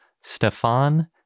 Stefan